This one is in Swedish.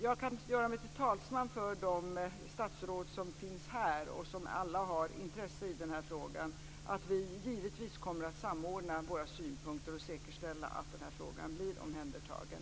Jag kan göra mig till talesman för de statsråd som finns här och som alla har intresse i denna fråga och säga att vi givetvis kommer att samordna våra synpunkter och säkerställa att denna fråga blir omhändertagen.